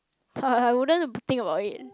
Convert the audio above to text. but I wouldn't think about it